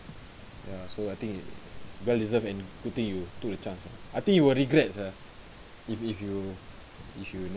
ya so I think its well deserved and good thing you took the chance ah I think you will regret ah if if you if you know